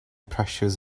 pressures